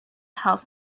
health